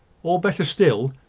or, better still,